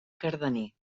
cardener